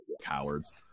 cowards